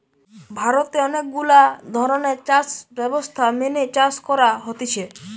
ভারতে অনেক গুলা ধরণের চাষ ব্যবস্থা মেনে চাষ করা হতিছে